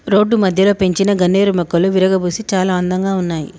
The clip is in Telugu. రోడ్డు మధ్యలో పెంచిన గన్నేరు మొక్కలు విరగబూసి చాలా అందంగా ఉన్నాయి